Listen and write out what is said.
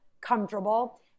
comfortable